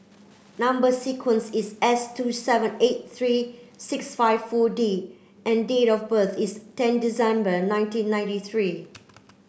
number sequence is S two seven eight three six five four D and date of birth is ten December nineteen ninety three